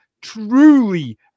truly